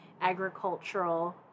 Agricultural